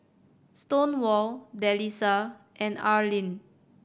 Stonewall Delisa and Arlin